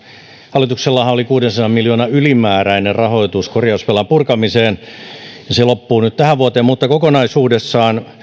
hallituksellahan oli kuudensadan miljoonan ylimääräinen rahoitus korjausvelan purkamiseen ja se loppuu nyt tähän vuoteen mutta kokonaisuudessaan